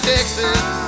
Texas